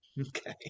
Okay